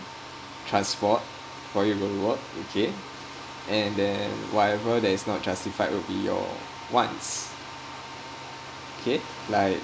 transport for you to work okay and then whatever that is not justified will be your wants K like